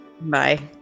Bye